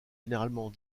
généralement